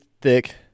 thick